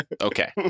okay